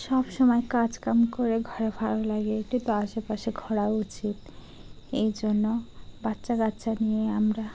সব সময় কাজকাম করে ঘরে ভালো লাগে এট তো আশেপাশে ঘরা উচিত এই জন্য বাচ্চা কাচ্চা নিয়ে আমরা